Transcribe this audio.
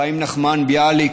חיים נחמן ביאליק,